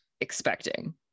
expecting